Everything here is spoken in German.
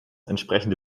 entsprechende